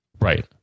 Right